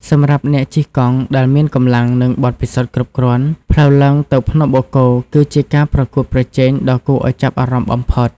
សម្រាប់អ្នកជិះកង់ដែលមានកម្លាំង និងបទពិសោធន៍គ្រប់គ្រាន់ ផ្លូវឡើងទៅភ្នំបូកគោគឺជាការប្រកួតប្រជែងដ៏គួរឱ្យចាប់អារម្មណ៍បំផុត។